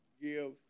give